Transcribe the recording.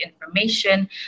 information